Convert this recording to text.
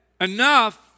enough